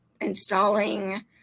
installing